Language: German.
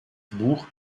buch